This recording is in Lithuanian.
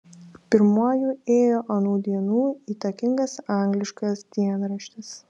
pirmuoju ėjo anų dienų įtakingas angliškas dienraštis